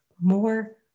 more